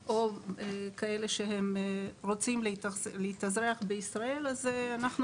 או כאלו שרוצים להתאזרח בישראל אז אנחנו